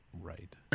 right